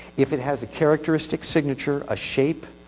if it has a characteristic signature a shape,